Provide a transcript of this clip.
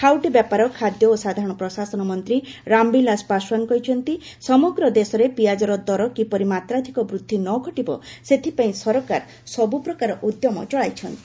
ଖାଉଟି ବ୍ୟାପାର ଖାଦ୍ୟା ଓ ସାଧାରଣ ପ୍ରଶାସନ ମନ୍ତ୍ରୀ ରାମବିଳାସ ପାଶଓ୍ୱାନ କହିଛନ୍ତି ସମଗ୍ର ଦେଶରେ ପିଆଜର ଦର କିପରି ମାତ୍ରାଧିକ ବୃଦ୍ଧି ନ ଘଟିବ ସେଥିପାଇଁ ସରକାର ସବୁପ୍ରକାର ଉଦ୍ୟମ ଚଳାଇଛନ୍ତି